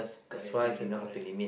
color pencil coral